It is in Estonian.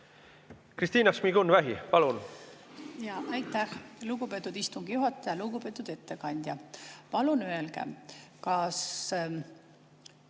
Kristina Šmigun-Vähi, palun!